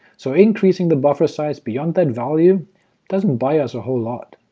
so increasing the buffer size beyond that value doesn't buy us a whole lot.